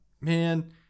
Man